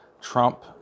Trump